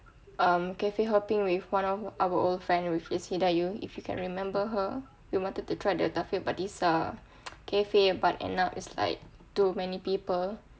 um cafe hopping with one of our old friend with hidayu if you can remember her we wanted to try the taufik batisah cafe but end up it's like too many people